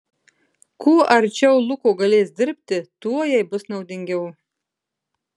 kuo arčiau luko galės dirbti tuo jai bus naudingiau